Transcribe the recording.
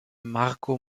marco